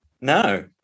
No